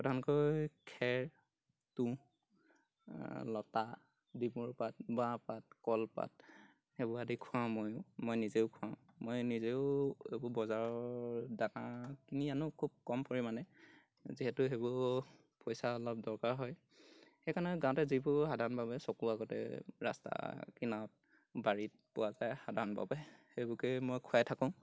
প্ৰধানকৈ খেৰ তুঁহ লতা ডিমৰু পাত বাঁহপাত কলপাত সেইবোৰ আদি খুৱাওঁ মইও মই নিজেও খুৱাওঁ মই নিজেও এইবোৰ বজাৰৰ দানা কিনি আনোঁ খুব কম পৰিমাণে যিহেতু সেইবোৰ পইচা অলপ দৰকাৰ হয় সেইকাৰণে গাঁৱতে যিবোৰ সাধাৰণভাৱে চকুৰ আগতে ৰাস্তাৰ কিনাৰত বাৰীত পোৱা যায় সাধাৰণভাৱে সেইবোৰকেই মই খুৱাই থাকোঁ